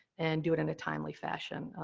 and do it in a timely fashion,